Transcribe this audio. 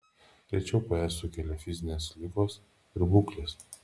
rečiau pe sukelia fizinės ligos ir būklės